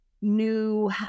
new